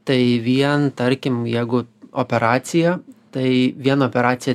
tai vien tarkim jeigu operacija tai vien operacija